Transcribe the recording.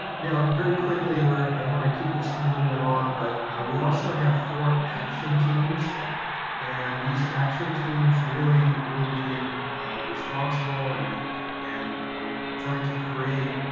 very very quickly, i wanna keep this moving along, but we also have four action teams and these action teams really will be responsible in and trying to create